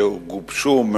של